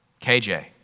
KJ